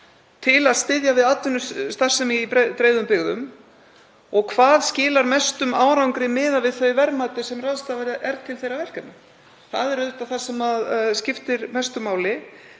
til að styðja við atvinnustarfsemi í dreifðum byggðum og hvað skilar mestum árangri miðað við þau verðmæti sem ráðstafað er til þeirra verkefna. Það er auðvitað það sem skiptir mestu máli.